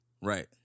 Right